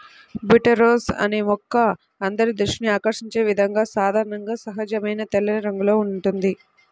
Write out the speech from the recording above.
tuberose అనే మొక్క అందరి దృష్టిని ఆకర్షించే విధంగా సాధారణంగా సహజమైన తెల్లని రంగులో ఉంటుంది